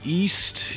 east